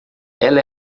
ela